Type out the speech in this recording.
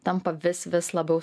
tampa vis vis labiau